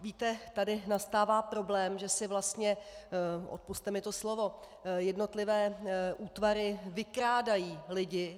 Víte, tady nastává problém, že si vlastně odpusťte mi to slovo jednotlivé útvary vykrádají lidi.